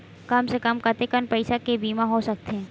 कम से कम कतेकन पईसा के बीमा हो सकथे?